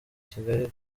kigali